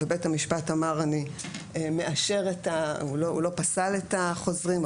ובית המשפט אמר אני מאפשר, הוא לא פסל את החוזרים.